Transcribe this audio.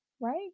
right